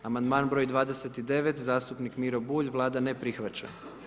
Amandman broj 29. zastupnik Miro Bulj, Vlada ne prihvaća.